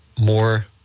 more